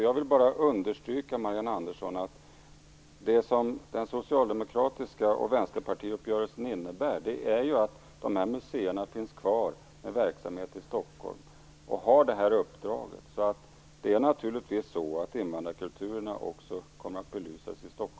Jag vill understryka, Marianne Andersson, att det som Socialdemokraternas och Vänsterpartiets uppgörelse innebär är att de här museerna finns kvar med verksamhet i Stockholm och har det här uppdraget. Invandrarkulturerna kommer naturligtvis att belysas också i Stockholm i fortsättningen.